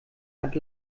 hat